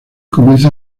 comienza